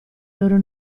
loro